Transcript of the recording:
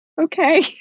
okay